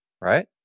right